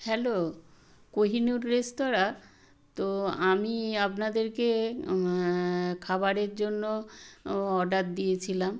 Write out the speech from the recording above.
hello Kohinoor restaurant তো আমি আপনাদেরকে খাবারের জন্য অর্ডার দিয়েছিলাম